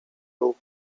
był